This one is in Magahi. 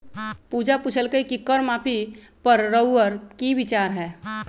पूजा पुछलई कि कर माफी पर रउअर कि विचार हए